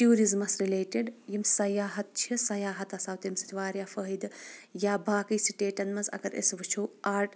ٹیوٗرزمس related یِم سیاحت چھِ سیاحتس آو تمہِ سۭتۍ واریاہ فٲیِدٕ یا باقٕے سٹیٹن منٛز اگر أسۍ وٕچھو آٹ